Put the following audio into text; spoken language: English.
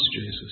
Jesus